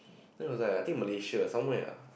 no it was I think like Malaysia or somewhere ah